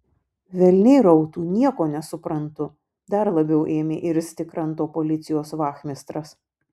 velniai rautų nieko nesuprantu dar labiau ėmė irzti kranto policijos vachmistras